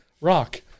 Rock